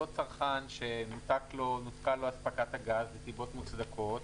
אותו צרכן שנותקה לו אספקת הגז מסיבות מוצדקות,